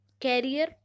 career